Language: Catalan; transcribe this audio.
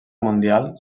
mundial